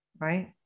Right